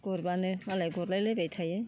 गुरब्लानो मालाय गुरलाय लायबाय थायो